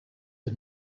had